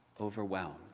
overwhelmed